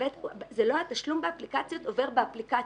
התשלום באפליקציות עובר באפליקציות.